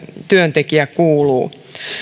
työntekijä kuuluu